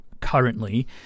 currently